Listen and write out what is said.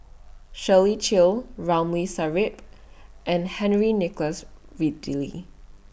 Shirley Chew Ramli Sarip and Henry Nicholas Ridley